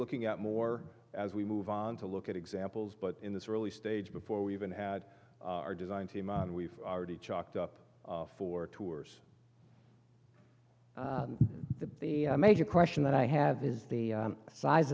looking at more as we move on to look at examples but in this early stage before we even had our design team we've already chalked up for tours the major question that i have is the size